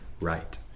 right